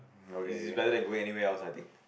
it's better than going anywhere else I think